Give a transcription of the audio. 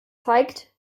zeigt